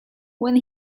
when